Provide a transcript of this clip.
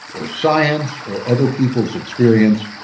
or science, or other people's experience,